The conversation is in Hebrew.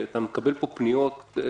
אנחנו מקבלים פה פניות רבות,